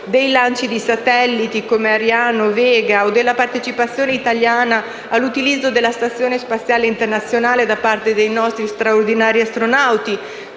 dei lanci di satelliti, come Ariane e Vega, o della partecipazione italiana all'utilizzo della Stazione spaziale internazionale da parte dei nostri straordinari astronauti,